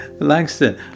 Langston